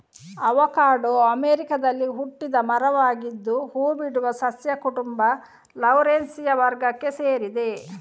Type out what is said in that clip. avocado ಅಮೆರಿಕಾದಲ್ಲಿ ಹುಟ್ಟಿದ ಮರವಾಗಿದ್ದು ಹೂ ಬಿಡುವ ಸಸ್ಯ ಕುಟುಂಬ ಲೌರೇಸಿಯ ವರ್ಗಕ್ಕೆ ಸೇರಿದೆ